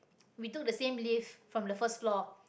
we took the same lift from the first floor